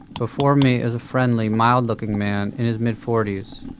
before me is a friendly, mild-looking man, in his mid-forties.